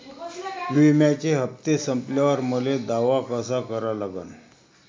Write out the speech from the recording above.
बिम्याचे हप्ते संपल्यावर मले दावा कसा करा लागन?